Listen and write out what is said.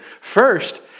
First